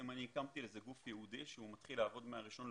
הקמתי לזה גוף ייעודי שהוא מתחיל לעבוד מה-1 באוקטובר.